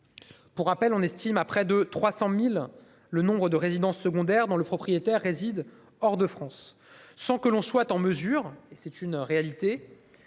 Pour rappel, on estime à près de 300 000 le nombre de résidences secondaires dont le propriétaire réside hors de France, sans que l'on soit en mesure de savoir si